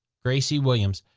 gracie williams.